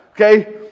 okay